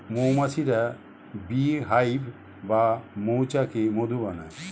মৌমাছিরা bee hive বা মৌচাকে মধু বানায়